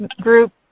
group